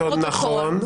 לפרוטוקול,